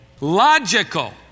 logical